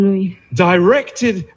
Directed